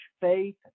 faith